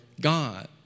God